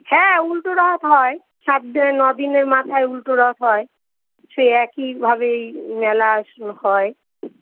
হ্যাঁ উলটো রথ হয় সাত দি ন দিনের মাথায় উলটো রথ হয় সেই একই ভাবেই মেলা স হয়